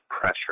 pressure